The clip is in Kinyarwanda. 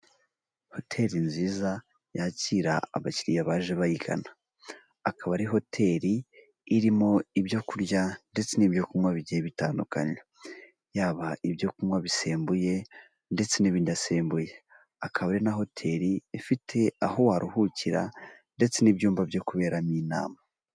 Hoteli nziza yakira abakiriya baje bayigana, akaba ari hoteli irimo ibyo kurya ndetse n'ibyo kunywa bigiye bitandukanye. Yaba ibyo kunywa bisembuye ndetse n'ibyidasembuye. Akaba ari na hoteri ifite aho waruhukira ndetse n'ibyumba byo kuberamo inama.